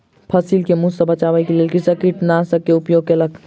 फसिल के मूस सॅ बचाबअ के लेल कृषक कृंतकनाशक के उपयोग केलक